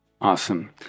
Awesome